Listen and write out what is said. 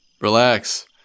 relax